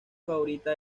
favorita